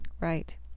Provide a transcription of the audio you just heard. right